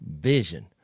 vision